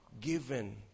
given